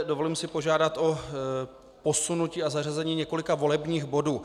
Dovolím si požádat o posunutí a zařazení několika volebních bodů.